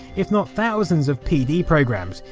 if not, thousands of pd programs,